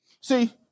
See